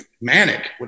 manic